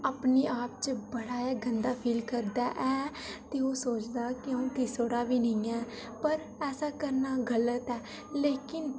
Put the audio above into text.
अपने आप च बड़ा गै गंदा फील करदा ऐ ते ओह् समझदा ऐ कि अ'ऊं किसै दा बी नेईं ऐ पर ऐसा करना गल्त ऐ लेकिन